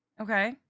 Okay